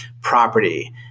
property